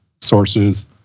sources